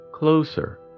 closer